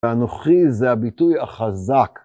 והנוכחי זה הביטוי החזק.